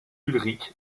ulrich